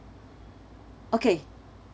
okay